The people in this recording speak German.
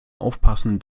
aufpassen